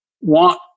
want